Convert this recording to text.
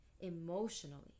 emotionally